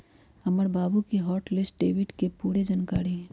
हमर बाबु के हॉट लिस्ट डेबिट के पूरे जनकारी हइ